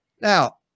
Now